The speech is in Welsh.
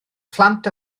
phlant